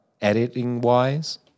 editing-wise